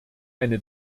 eine